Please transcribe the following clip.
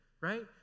right